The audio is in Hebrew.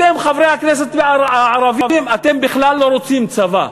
אתם, חברי הכנסת הערבים, אתם בכלל לא רוצים צבא.